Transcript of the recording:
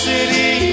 City